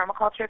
permaculture